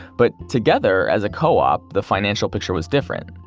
but together, as a co-op, the financial picture was different.